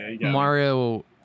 Mario